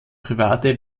private